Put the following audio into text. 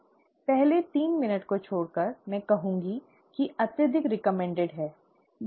पहले तीन मिनट को छोड़कर मैं कहूंगा कि अत्यधिक अनुशंसित है